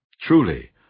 Truly